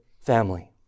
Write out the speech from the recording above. Family